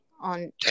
on